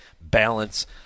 Balance